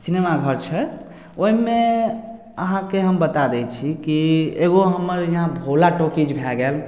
सिनेमाघर छै ओहिमे अहाँके हम बता दै छी की एगो हमर यहाँ भोला टाॅकिज भए गेल